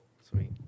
Sweet